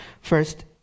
First